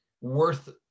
worth